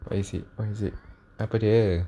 what is it what is it apa dia